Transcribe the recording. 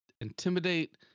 intimidate